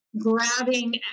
grabbing